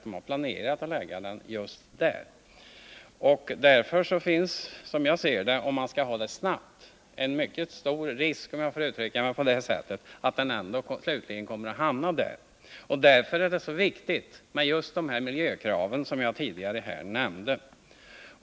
Den planering som bedrivits har utgått från att behandlingsanläggningen skall lokaliseras just till den plats som jag nämnt. Det är därför — om jag får uttrycka mig så — en stor risk för att anläggningen, om man har bråttom, ändå kommer att hamna där. Därför är det också så viktigt att de miljökrav som jag har nämnt blir beaktade.